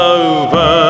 over